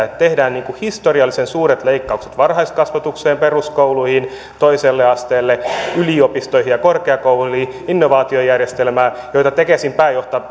että tehdään historiallisen suuret leikkaukset varhaiskasvatukseen peruskouluihin toiselle asteelle yliopistoihin ja korkeakouluihin innovaatiojärjestelmään joita tekesin pääjohtaja